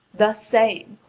thus saying,